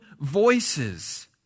voices